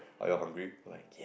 are you're hungry we like !yeah!